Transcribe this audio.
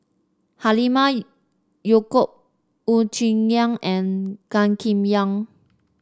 Halimah Yacob Wu Tsai Yen and Gan Kim Yong